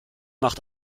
macht